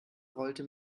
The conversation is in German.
rollte